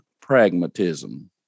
pragmatism